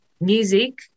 music